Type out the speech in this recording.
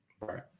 Right